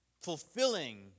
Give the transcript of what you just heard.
fulfilling